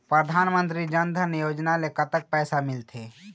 परधानमंतरी जन धन योजना ले कतक पैसा मिल थे?